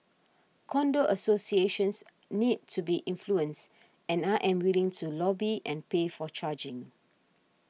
condo associations need to be influenced and I am willing to lobby and pay for charging